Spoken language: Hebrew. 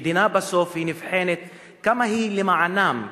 מדינה בסוף נבחנת בכמה היא למענם,